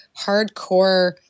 hardcore